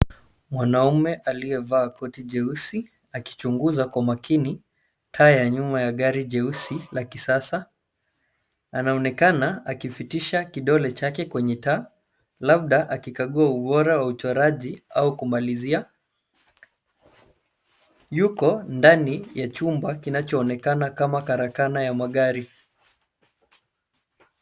Mwanaume aliyevaa koti jeusi akichunguza kwa makini taa ya nyuma ya gari jeusi la kisasa. Anaonekana akipitisha kidole chake kwenye taa labda akikagua ubora wa uchoraji au kumalizia. Yuko ndani ya chumba kinachoonekana kama karakana ya magari.